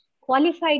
qualified